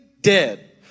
dead